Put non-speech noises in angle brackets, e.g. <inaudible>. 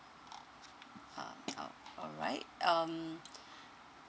uh um alright um <breath>